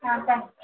thanks